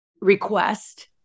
request